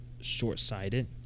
short-sighted